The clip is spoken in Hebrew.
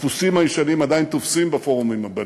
הדפוסים הישנים עדיין תופסים בפורומים הבין-לאומיים,